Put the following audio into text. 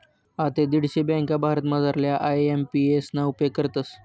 आते दीडशे ब्यांका भारतमझारल्या आय.एम.पी.एस ना उपेग करतस